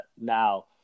now